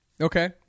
Okay